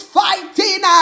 fighting